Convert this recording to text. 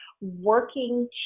working